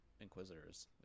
Inquisitors